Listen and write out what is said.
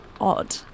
odd